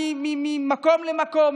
ממקום למקום,